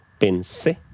pensé